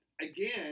again